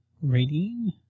rating